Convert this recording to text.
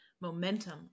momentum